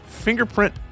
fingerprint